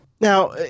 now